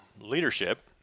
leadership